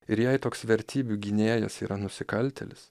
ir jei toks vertybių gynėjas yra nusikaltėlis